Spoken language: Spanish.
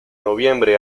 noviembre